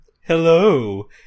Hello